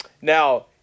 Now